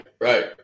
right